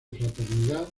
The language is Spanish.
fraternidad